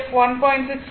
6 j 7